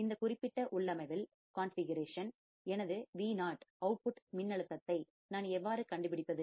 இந்த குறிப்பிட்ட உள்ளமைவில் காண்பிகரெக்ஷன் configuration எனது Vo வெளியீட்டு அவுட்புட் மின்னழுத்தத்தை வோல்டேஜ் voltage நான் எவ்வாறு கண்டுபிடிப்பது